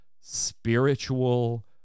spiritual